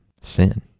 sin